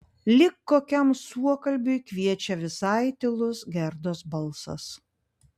lyg kokiam suokalbiui kviečia visai tylus gerdos balsas